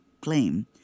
claim